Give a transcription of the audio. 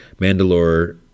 Mandalore